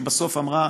שבסוף אמרה: